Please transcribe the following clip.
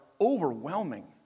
overwhelming